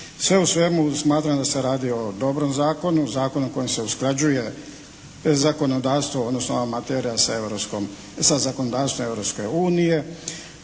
Sve u svemu smatram da se radi o dobrom zakonu, zakonu kojim se usklađuje zakonodavstvo odnosno ova materija sa zakonodavstvom